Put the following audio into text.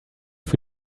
für